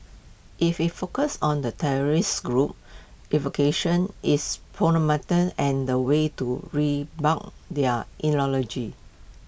if IT focuses on the terrorist group's its and the ways to bunk their